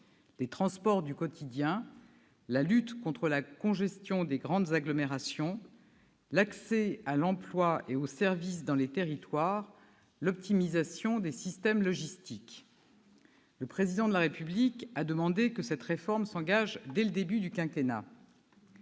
les transports du quotidien, la lutte contre la congestion des grandes agglomérations, l'accès à l'emploi et aux services dans les territoires, l'optimisation de nos systèmes logistiques. Il a voulu également que cette réforme s'engage dès le début du quinquennat.